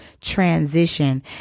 transition